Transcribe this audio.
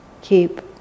keep